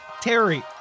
Terry